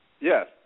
Yes